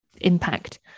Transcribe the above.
impact